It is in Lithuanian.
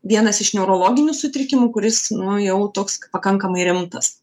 vienas iš neurologinių sutrikimų kuris nu jau toks pakankamai rimtas